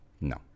no